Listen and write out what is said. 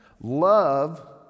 Love